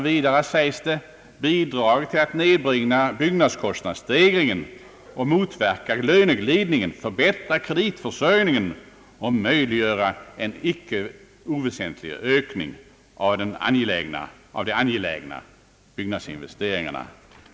Vidare sägs det att avgiften bidragit till att nedbringa byggnadskostnadsstegringen, motverka = löneglidningen, «förbättra kreditförsörjningen och möjliggöra en icke oväsentlig ökning av de angelägna byggnadsinvesteringarna.